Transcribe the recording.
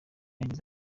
yagize